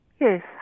Yes